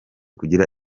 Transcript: kugira